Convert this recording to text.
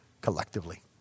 collectively